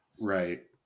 Right